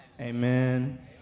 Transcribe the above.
Amen